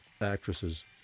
actresses